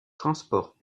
transports